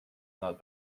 not